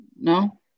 No